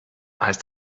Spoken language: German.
heißt